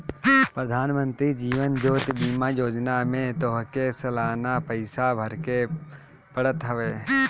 प्रधानमंत्री जीवन ज्योति बीमा योजना में तोहके सलाना पईसा भरेके पड़त हवे